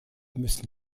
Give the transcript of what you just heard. müssen